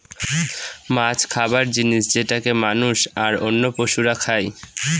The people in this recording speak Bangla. মাছ খাবার জিনিস যেটাকে মানুষ, আর অন্য পশুরা খাই